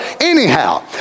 anyhow